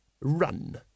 Run